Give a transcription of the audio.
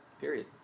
Period